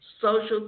social